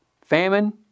Famine